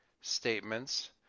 statements